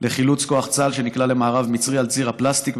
לחילוץ כוח צה"ל שנקלע למארב מצרי על ציר "פלסטיק",